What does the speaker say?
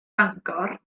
fangor